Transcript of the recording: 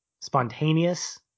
spontaneous